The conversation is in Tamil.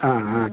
ஆ ஆ